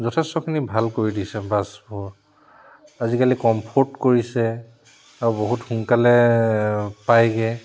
যথেষ্টখিনি ভাল কৰি দিছে বাছবোৰ আজিকালি কমফৰ্ট কৰিছে আৰু বহুত সোনকালে পায়গৈ